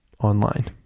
online